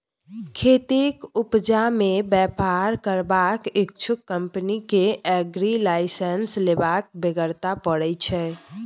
खेतीक उपजा मे बेपार करबाक इच्छुक कंपनी केँ एग्री लाइसेंस लेबाक बेगरता परय छै